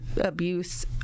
abuse